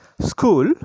school